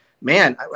man